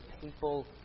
people